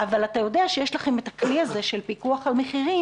אבל אתה יודע שיש לכם את הכלי הזה של פיקוח על מחירים